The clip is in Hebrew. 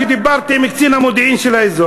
כשדיברתי עם קצין המודיעין של האזור,